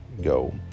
go